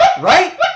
Right